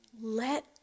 Let